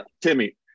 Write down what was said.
Timmy